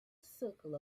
circle